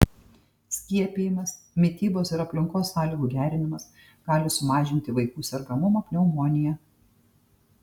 skiepijimas mitybos ir aplinkos sąlygų gerinimas gali sumažinti vaikų sergamumą pneumonija